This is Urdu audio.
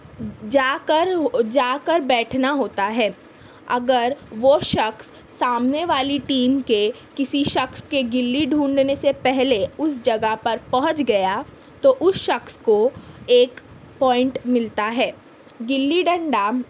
جا کر جا کر بیٹھنا ہوتا ہے اگر وہ شخص سامنے والی ٹیم کے کسی شخص کے گلی ڈھونڈھنے سے پہلے اس جگہ پر پہنچ گیا تو اس شخص کو ایک پوائنٹ ملتا ہے گلی ڈنڈا